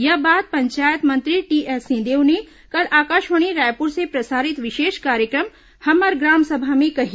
यह बात पंचायत मंत्री टीएस सिंहदेव ने कल आकाशवाणी रायपुर से प्रसारित विशेष कार्यक्रम हमर ग्राम सभा में कही